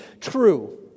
true